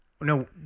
no